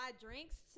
drinks